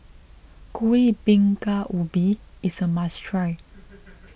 Kueh Bingka Ubi is a must try